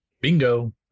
Bingo